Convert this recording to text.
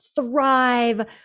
thrive